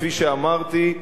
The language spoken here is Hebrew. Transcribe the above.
כפי שאמרתי,